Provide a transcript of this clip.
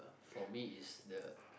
for me is the